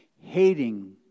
hating